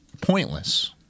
pointless